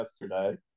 yesterday